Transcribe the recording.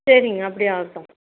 சரிங்க அப்படியே ஆகட்டும்